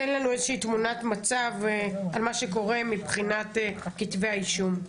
תן לנו איזושהי תמונת מצב על מה שקורה מבחינת כתבי האישום.